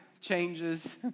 changes